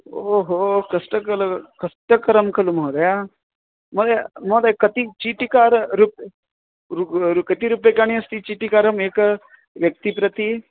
ओहो कष्टकरं कष्टकरं खलु महोदय महोदय महोदय कति चीटिकारं रु कति रूप्यकाणि अस्ति चीटिकारम् एकां व्यक्तिं प्रति